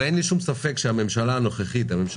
אין לי שום ספק שהממשלה הזאת